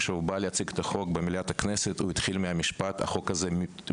כשהוא בא להציג את החוק במליאת הכנסת הוא התחיל מהמשפט: החוק הזה מיותר.